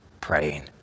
praying